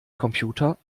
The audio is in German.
computer